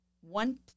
one